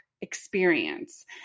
experience